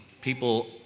people